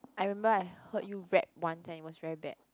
I remember I heard you rap one time it was very bad